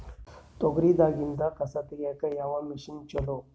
ತೊಗರಿ ದಾಗಿಂದ ಕಸಾ ತಗಿಯಕ ಯಾವ ಮಷಿನ್ ಚಲೋ?